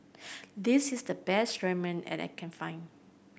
this is the best Ramen and I can find